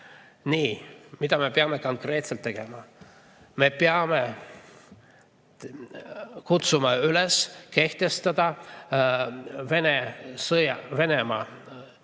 teine. Mida me peame konkreetselt tegema? Me peame kutsuma üles kehtestama Venemaa